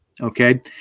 Okay